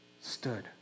stood